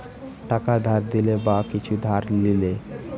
টাকা ধার দিলে বা কিছু ধার লিলে